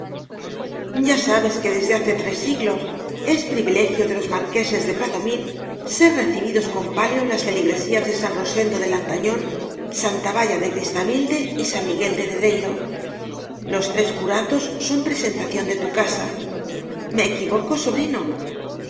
ya sabes que desde hace tres siglos es privilegio de los marqueses de bradomín ser recibidos con palio en las feligresías de san rosendo de lantañón santa baya de cristamilde y san miguel de deiro los tres cu ratos son presentación de tu casa me equi voco sobrino